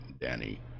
Danny